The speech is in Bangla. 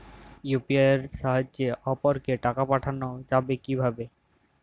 ইউ.পি.আই এর সাহায্যে অপরকে টাকা পাঠানো যাবে কিভাবে?